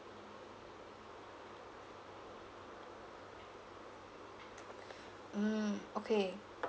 mm okay